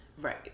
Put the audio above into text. Right